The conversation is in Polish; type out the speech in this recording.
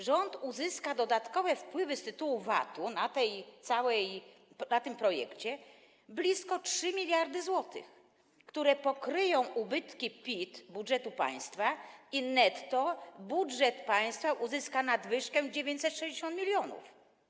Rząd uzyska dodatkowe wpływy z tytułu VAT-u, jeśli chodzi o ten projekt, blisko 3 mld zł, które pokryją ubytki w PIT budżetu państwa, i netto budżet państwa uzyska nadwyżkę 960 mln.